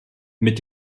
mit